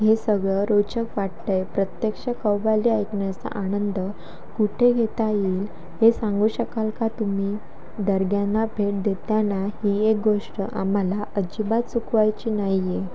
हे सगळं रोचक वाटत आहे प्रत्यक्ष कव्वाली ऐकण्याचा आनंद कुठे घेता येईल हे सांगू शकाल का तुम्ही दर्ग्यांना भेट देताना ही एक गोष्ट आम्हाला अजिबात चुकवायची नाही आहे